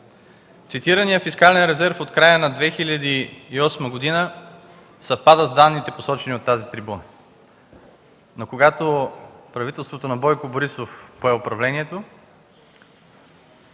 Цитираният фискален резерв от края на 2008 г. съвпада с данните, посочени от тази трибуна. Но когато правителството на Бойко Борисов пое управлението,